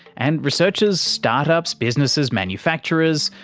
and researchers, start-ups, businesses, manufacturers,